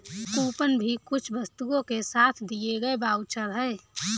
coupon भी कुछ वस्तुओं के साथ दिए गए वाउचर है